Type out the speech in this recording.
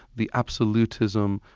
the absolutism,